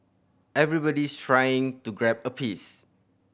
everybody's trying to grab a piece